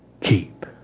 keep